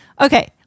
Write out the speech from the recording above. okay